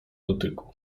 dotyku